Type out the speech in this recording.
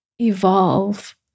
evolve